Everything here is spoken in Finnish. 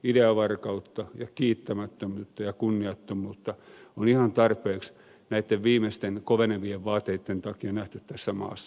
ideavarkautta ja kiittämättömyyttä ja kunniattomuutta on ihan tarpeeksi näitten viimeisten kovenevien vaateitten takia nähty tässä maassa